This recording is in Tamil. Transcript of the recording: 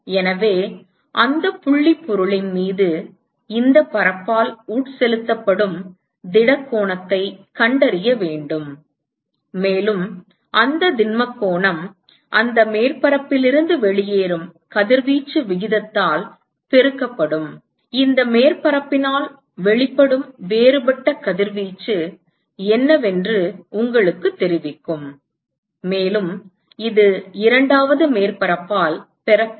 எனவே அந்தப் புள்ளிப் பொருளின் மீது இந்தப் பரப்பால் உட்செலுத்தப்படும் திடக் கோணத்தைக் கண்டறிய வேண்டும் மேலும் அந்தத் திண்மக் கோணம் அந்த மேற்பரப்பிலிருந்து வெளியேறும் கதிர்வீச்சு விகிதத்தால் பெருக்கப்படும் இந்த மேற்பரப்பினால் வெளிப்படும் வேறுபட்ட கதிர்வீச்சு என்னவென்று உங்களுக்குத் தெரிவிக்கும் மேலும் இது இரண்டாவது மேற்பரப்பால் பெறப்பட்டது